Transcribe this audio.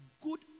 Good